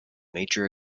major